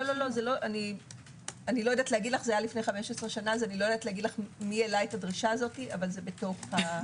לא יודעת לומר לך מי העלה את הדרישה הזאת כי זה היה לפני 15